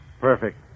Perfect